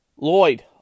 Lloyd